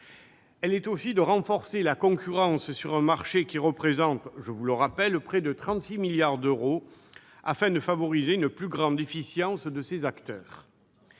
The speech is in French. mais aussi de renforcer la concurrence sur un marché qui représente, je vous le rappelle, près de 36 milliards d'euros, afin de favoriser une plus grande efficience de ses acteurs.